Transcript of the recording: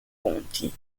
conti